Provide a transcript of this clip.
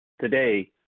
Today